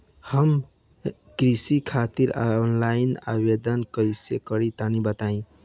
हम कृषि खातिर आनलाइन आवेदन कइसे करि तनि बताई?